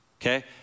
Okay